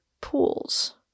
pools